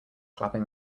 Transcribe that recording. clapping